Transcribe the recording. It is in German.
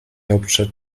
hauptstadt